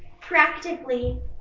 practically